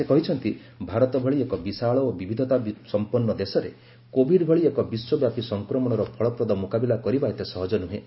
ସେ କହିଛନ୍ତି ଭାରତ ଭଳି ଏକ ବିଶାଳ ଓ ବିବିଧତା ସମ୍ପନ୍ନ ଦେଶରେ କୋଭିଡ୍ ଭଳି ଏକ ବିଶ୍ୱବ୍ୟାପୀ ସଂକ୍ରମଣର ଫଳପ୍ରଦ ମୁକାବିଲା କରିବା ଏତେ ସହଜ ନୁହେଁ